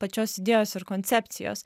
pačios idėjos ir koncepcijos